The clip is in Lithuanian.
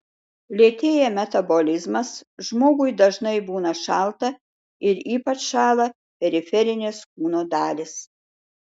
lėtėja metabolizmas žmogui dažnai būna šalta ir ypač šąla periferinės kūno dalys